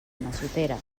massoteres